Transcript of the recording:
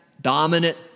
dominant